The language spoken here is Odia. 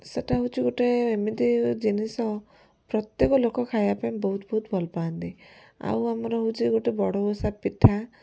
ସେଇଟା ହଉଛି ଗୋଟେ ଏମିତି ଜିନିଷ ପ୍ରତ୍ୟେକ ଲୋକ ଖାଇବା ପାଇଁ ବହୁତ ବହୁତ ଭଲ ପାଆନ୍ତି ଆଉ ଆମର ହଉଛି ଗୋଟେ ବଡ଼ଓଷା ପିଠା